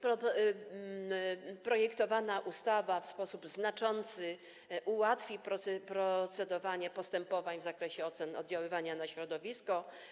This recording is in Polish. Projektowana ustawa w znaczący sposób ułatwi procedowanie postępowań w zakresie oceny oddziaływania na środowisko.